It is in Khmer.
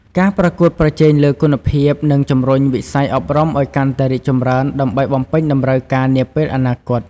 ការប្រកួតប្រជែងលើគុណភាព នឹងជំរុញវិស័យអប់រំឲ្យកាន់តែរីកចម្រើនដើម្បីបំពេញតម្រូវការនាពេលអនាគត។